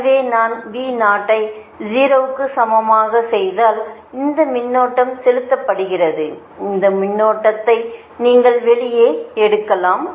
எனவே நான் V0 ஐ 0 க்கு சமமாக செய்தால் இந்த மின்னோட்டம் செலுத்தப்படுகிறது இந்த மின்னோட்டத்தை நீங்கள் வெளியே எடுக்கலாம்